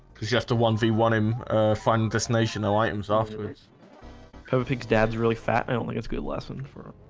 cuz you have to one v one him fun destination and items afterwards peppa pig dad's really fat. i don't think it's a good lesson for